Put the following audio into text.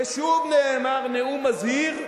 נאום מזהיר היה.